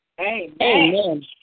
Amen